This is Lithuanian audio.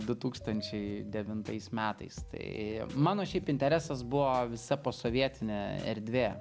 du tūkstančiai devintais metais tai mano šiaip interesas buvo visa posovietinė erdvė